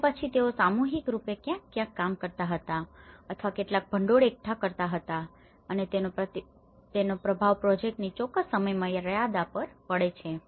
અને પછી તેઓ સામૂહિક રૂપે ક્યાંક ક્યાંક કામ કરતા હતા અથવા કેટલાક ભંડોળ એકઠા કરતા હતા અને તેનો પ્રભાવ પ્રોજેક્ટની ચોક્કસ સમયમર્યાદા પર પણ પડે છે